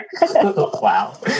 wow